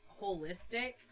holistic